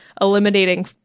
eliminating